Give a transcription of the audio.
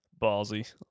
Ballsy